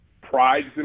prides